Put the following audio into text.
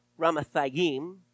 Ramathagim